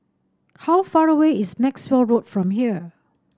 how far away is Maxwell Road from here